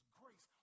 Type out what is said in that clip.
grace